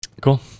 cool